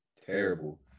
terrible